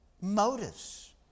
motives